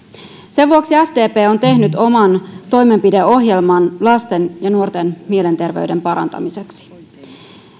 sen vuoksi sdp on tehnyt oman toimenpideohjelman lasten ja nuorten mielenterveyden parantamiseksi